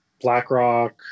BlackRock